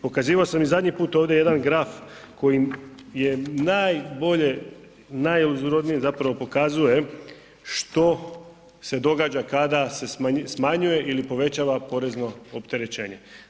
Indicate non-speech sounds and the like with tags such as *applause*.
Pokazivao sam i zadnji put ovdje jedan graf koji je najbolje, ... *unintelligible* zapravo pokazuje što se događa kada se smanjuje ili povećava porezno opterećenje.